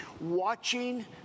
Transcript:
watching